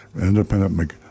independent